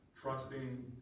trusting